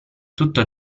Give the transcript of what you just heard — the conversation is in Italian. tutto